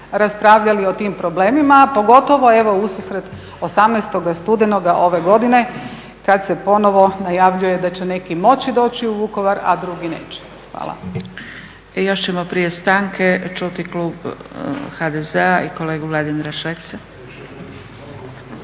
raspravljali o tim problemima, pogotovo evo ususret 18. studenoga ove godine kad se ponovo najavljuje da će neki moći doći u Vukovar, a drugi neće. Hvala. **Zgrebec, Dragica (SDP)** I još ćemo prije stanke čuti klub HDZ-a i kolegu Vladimira Šeksa.